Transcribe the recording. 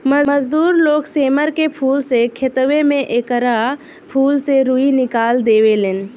मजदूर लोग सेमर के फूल से खेतवे में एकरा फूल से रूई निकाल देवे लेन